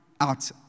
out